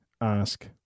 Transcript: ask